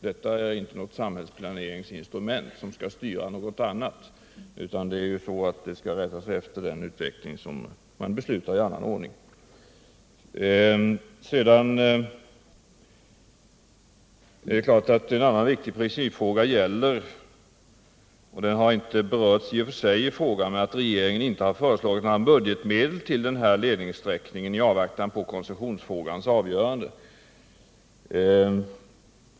Detta är inte något samhällsplaneringsinstrument som skall styra något annat, utan det skall rätta sig efter vad som beslutats i annan ordning. En viktig princip som i och för sig inte har berörts i frågan är att regeringen i avvaktan på koncessionsfrågans avgörande inte har föreslagit budgetmedel för denna ledningssträckning.